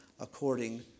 According